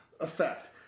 effect